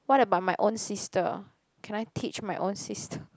what about my own sister can I teach my own sister